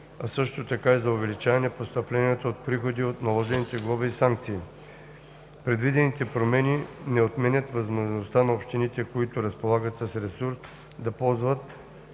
а също така и за увеличаване постъпленията от приходи от наложените глоби и санкции. Предвидените промени не отменят и възможността на общините, които разполагат с ресурс, да ползват